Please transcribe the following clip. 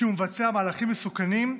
כי הוא מבצע מהלכים מסוכנים.